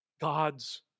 God's